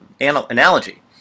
analogy